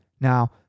Now